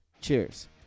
cheers